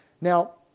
Now